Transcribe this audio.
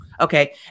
Okay